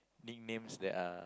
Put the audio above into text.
nicknames that are